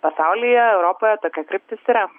pasaulyje europoje tokia kryptis yra